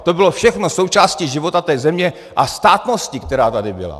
To bylo všechno součástí života té země a státnosti, která tady byla.